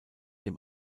dem